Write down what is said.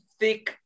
thick